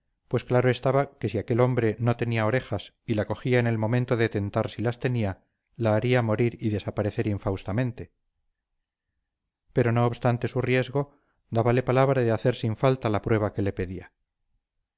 pues claro estaba que si aquel hombre no tenía orejas y la cogía en el momento de tentar si las tenía la haría morir y desaparecer infaustamente pero no obstante su riesgo dábale palabra de hacer sin falta la prueba que le pedía